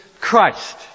Christ